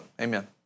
Amen